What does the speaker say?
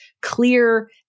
clear